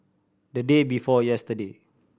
the day before yesterday